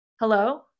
Hello